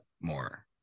more